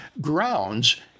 grounds